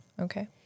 Okay